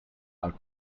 are